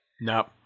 No